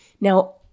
Now